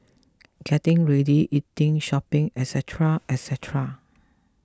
getting ready eating shopping etcetera etcetera